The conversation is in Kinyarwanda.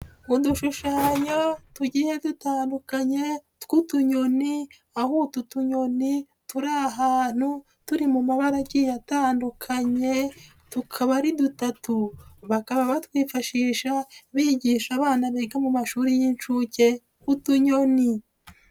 Udushushanyo tugiye dutandukanye tw'utunyoni, aho utu tuyoni turi ahantu turi mu mabarage atandukanye, tukaba ari dutatu bakaba batwifashisha biyigisha abana biga mu mashuri y'inshuke utunyoni.